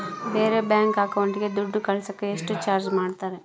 ಬೇರೆ ಬ್ಯಾಂಕ್ ಅಕೌಂಟಿಗೆ ದುಡ್ಡು ಕಳಸಾಕ ಎಷ್ಟು ಚಾರ್ಜ್ ಮಾಡತಾರ?